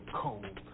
cold